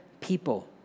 people